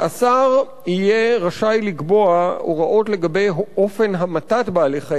השר יהיה רשאי לקבוע הוראות לגבי אופן המתת בעלי-חיים.